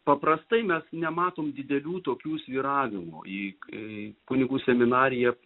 paprastai mes nematom didelių tokių svyravimo į į kunigų seminariją